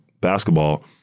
basketball